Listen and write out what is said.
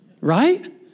right